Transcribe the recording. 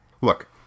Look